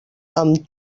amb